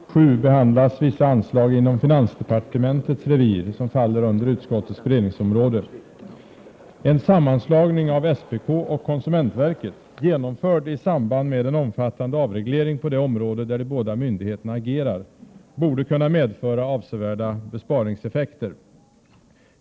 Herr talman! I näringsutskottets betänkande nr 27 behandlas vissa anslag inom finansdepartementets revir som faller under utskottets beredningsområde. En sammanslagning av SPK och konsumentverket — genomförd i samband med en omfattande avreglering på det område där de båda myndigheterna agerar — borde kunna medföra avsevärda besparingseffekter.